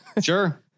Sure